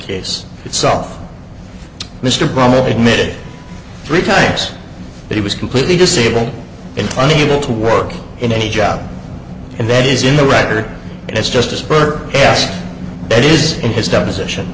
case itself mr brumley admitted three times that he was completely disabled and unable to work in a job and that is in the writer and it's just a spur that is in his deposition